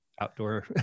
outdoor